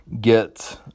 get